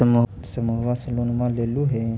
समुहवा से लोनवा लेलहो हे?